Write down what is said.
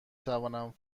توانم